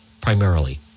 primarily